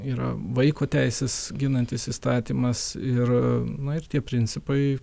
yra vaiko teises ginantis įstatymas ir na ir tie principai